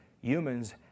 humans